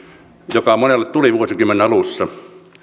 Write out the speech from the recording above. joka monelle tuli vuosikymmenen alussa